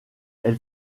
elle